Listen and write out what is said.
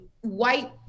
white